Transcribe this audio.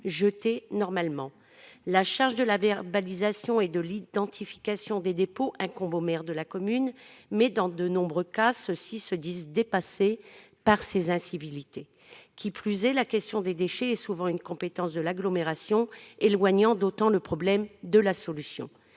jetés normalement. La charge de la verbalisation et de l'identification des dépôts incombe aux maires des communes concernées, mais, dans de nombreux cas, ceux-ci se disent dépassés par ces incivilités. Qui plus est, la question des déchets est souvent une compétence de l'agglomération, ce qui éloigne d'autant le problème de la solution.